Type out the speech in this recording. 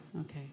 okay